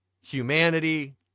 humanity